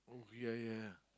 oh ya ya